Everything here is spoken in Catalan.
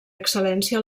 excel·lència